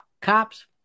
Cops